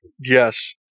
Yes